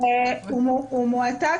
הוא מועתק,